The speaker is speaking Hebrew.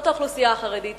זאת האוכלוסייה החרדית.